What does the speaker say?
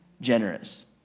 generous